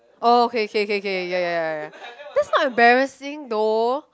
oh okay okay okay ya ya ya ya ya that's not embarrassing though